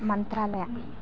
ಮಂತ್ರಾಲಯ